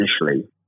initially